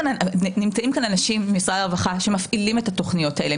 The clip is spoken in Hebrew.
נמצאים כאן אנשים ממשרד הרווחה שמפעילים את התוכניות האלה,